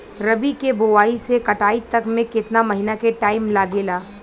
रबी के बोआइ से कटाई तक मे केतना महिना के टाइम लागेला?